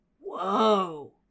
Whoa